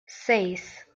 seis